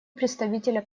представителя